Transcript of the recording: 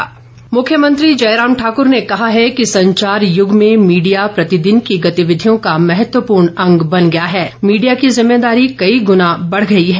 मुख्यमंत्री मुख्यमंत्री जयराम ठाक्र ने कहा है कि संचार यूग में मीडिया प्रतिदिन की गतिविधियों का महत्वपूर्ण अंग बन गया है और मीडिया की जिम्मेदारी कई गुना बढ़ गई है